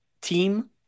team